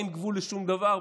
אין גבול לשום דבר.